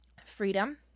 freedom